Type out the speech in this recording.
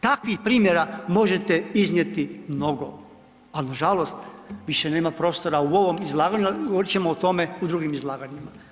Takvih primjera možete iznijeti mnogo, al nažalost više nema prostora u ovom izlaganju, ali govorit ćemo o tome u drugim izlaganjima.